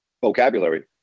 vocabulary